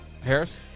Harris